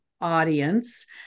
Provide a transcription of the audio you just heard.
audience